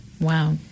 Wow